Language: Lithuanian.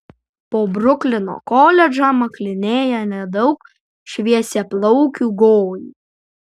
po bruklino koledžą maklinėja nedaug šviesiaplaukių gojų